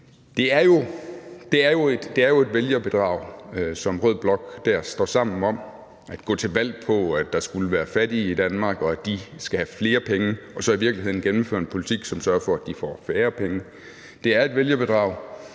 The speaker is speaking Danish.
Det er jo et vælgerbedrag, som rød blok der står sammen om, altså at gå til valg på, at der skulle være fattige i Danmark, og at de skal have flere penge, og så gennemfører man i virkeligheden en politik, som sørger for, at de får færre penge. Det er et vælgerbedrag,